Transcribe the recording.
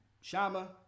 Shama